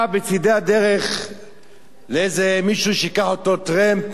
בצד הדרך לאיזה מישהו שייקח אותו טרמפ